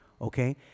okay